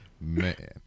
Man